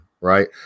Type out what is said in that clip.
right